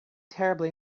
terribly